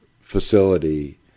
facility